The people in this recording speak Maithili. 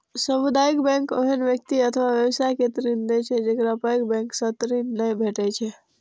सामुदायिक बैंक ओहन व्यक्ति अथवा व्यवसाय के ऋण दै छै, जेकरा पैघ बैंक सं ऋण नै भेटै छै